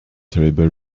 terrible